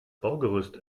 baugerüst